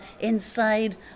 inside